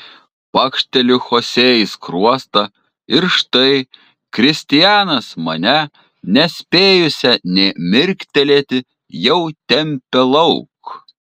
pakšteliu chosė į skruostą ir štai kristianas mane nespėjusią nė mirktelėti jau tempia lauk